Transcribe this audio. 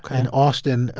and austin,